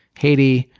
haiti,